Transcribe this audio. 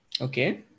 Okay